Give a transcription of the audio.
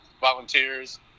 volunteers